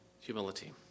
Humility